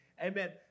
Amen